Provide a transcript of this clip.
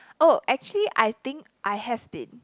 oh actually I think I have been